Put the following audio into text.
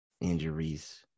Injuries